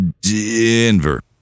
Denver